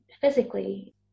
physically